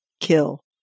kill